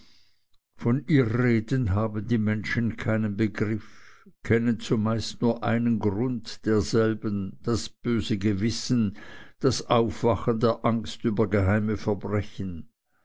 von irreden haben die menschen keinen begriff kennen zumeist nur einen grund derselben das böse gewissen das aufwachen der angst über geheime verbrechen